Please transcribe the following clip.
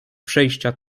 przejścia